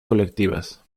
colectivas